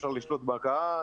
שאפשר לשלוט בקהל,